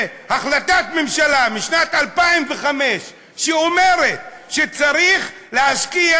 והחלטת ממשלה משנת 2005 אומרת שצריך להשקיע